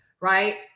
right